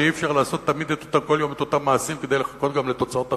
שאי-אפשר לעשות כל יום את אותם מעשים ולחכות גם לתוצאות אחרות,